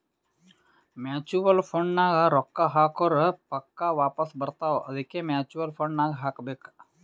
mutual fund ನಾಗ್ ರೊಕ್ಕಾ ಹಾಕುರ್ ಪಕ್ಕಾ ವಾಪಾಸ್ ಬರ್ತಾವ ಅದ್ಕೆ ಮೂಚುವಲ್ ಫಂಡ್ ನಾಗ್ ಹಾಕಬೇಕ್